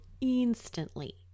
instantly